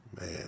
man